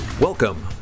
Welcome